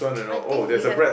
I think we have